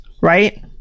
right